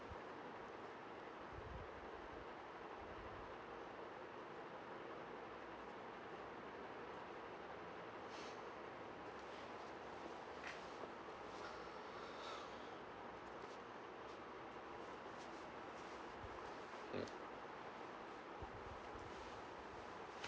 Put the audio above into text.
mm